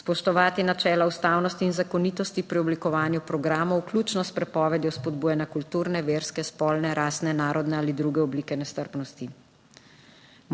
spoštovati načelo ustavnosti in zakonitosti pri oblikovanju programov vključno s prepovedjo spodbujanja kulturne, verske, spolne, rastne, narodne ali druge oblike nestrpnosti.